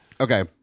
Okay